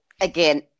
Again